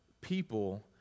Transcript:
People